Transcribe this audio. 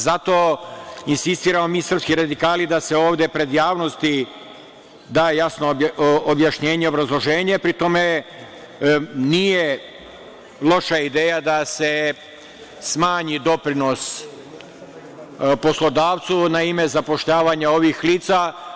Zato insistiramo mi srpski radikali da se ovde pred javnosti da jasno objašnjenje i obrazloženje, pri tome, nije loša ideja da se smanji doprinos poslodavcu na ime zapošljavanja novih lica.